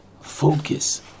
focus